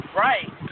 right